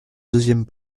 deuxième